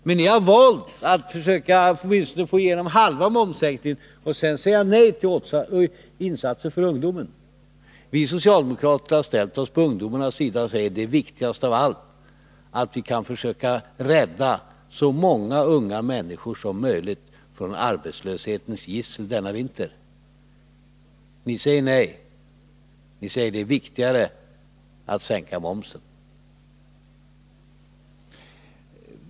Men ni har valt att försöka få igenom åtminstone halva momssänkningen och sedan säga nej till insatser för ungdomen. Vi socialdemokrater har ställt oss på ungdomarnas sida. Vi säger: Det är viktigast av allt att vi kan försöka rädda så många unga människor som möjligt från arbetslöshetens gissel denna vinter. Ni säger nej. Ni säger att det är viktigare att sänka momsen.